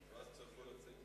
חברי חברי הכנסת,